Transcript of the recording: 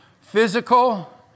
Physical